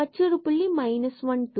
எனவே மற்றொரு புள்ளி ஆனது 1 and 2 ஆகும்